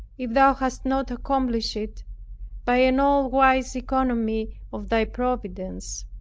if thou hadst not accomplished it by an all-wise economy of thy providence.